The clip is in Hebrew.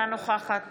אינה נוכחת